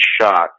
shot